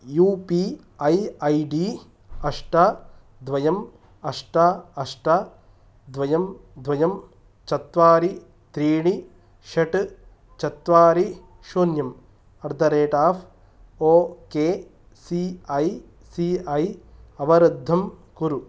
U P I I D अष्ट द्वे अष्ट अष्ट द्वे द्वे चत्वारि त्रीणि षट् चत्वारि शून्यं at the rate of ok C I C I अवरुद्धं कुरु